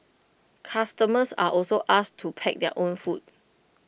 customers are also asked to pack their own food